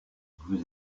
vous